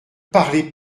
parlez